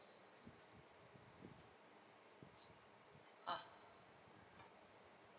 ah